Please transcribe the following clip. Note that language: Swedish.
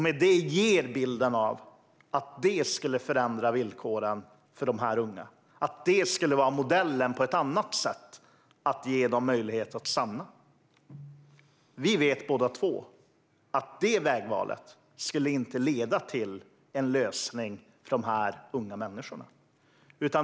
Med det ger man bilden av att det skulle förändra villkoren för dessa unga, att detta skulle vara en annan modell för att ge dem en möjlighet att stanna. Vi vet båda två att det vägvalet inte skulle leda till en lösning för dessa unga människor.